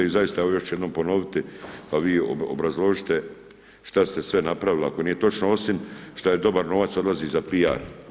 I zaista evo još ću jednom ponoviti pa vi obrazložite šta ste sve napravili ako nije točno osim što dobar novac odlazi za PR.